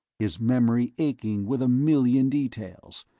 his memory aching with a million details,